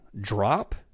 drop